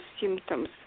symptoms